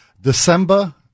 December